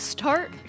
Start